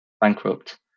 bankrupt